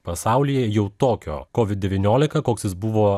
pasaulyje jau tokio kovid devyniolika koks jis buvo